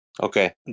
Okay